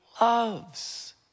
loves